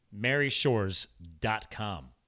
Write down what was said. maryshores.com